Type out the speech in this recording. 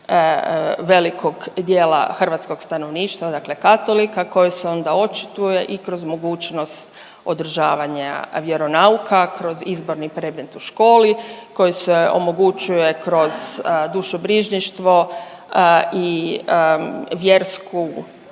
velikog dijela hrvatskog stanovništva, dakle katolika koji su onda očituje i kroz mogućnost održavanja vjeronauka, kroz izborni predmet u školi, koji se omogućuje kroz dušobrižništvo i vjersku